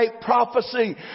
prophecy